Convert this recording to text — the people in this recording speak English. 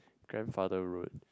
grandfather road